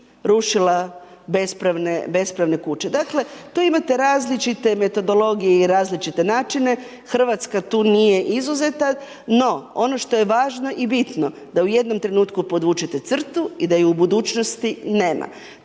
rušila bespravne kuće. Dakle, tu imate različite metodologije i različite načine, Hrvatska tu nije izuzeta, no ono što je važno i bitno, da u jednom trenutku podvučete crtu i da je u budućnosti nema.